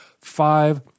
five